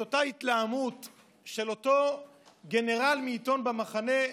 את אותה התלהמות של אותו גנרל מעיתון במחנה,